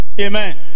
Amen